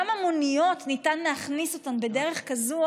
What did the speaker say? גם את המוניות ניתן להכניס בדרך כזו או